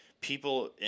people